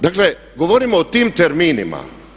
Dakle, govorimo o tim terminima.